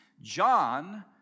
John